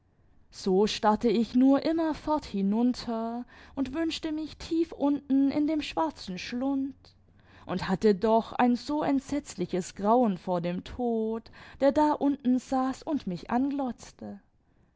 so starrte ich nur inmierfort hinimter und wünschte mich tief imten in dem schwarzen schlimd und hatte doch ein so entsetzliches grauen vor dem tod der da imten saß und mich anglotzte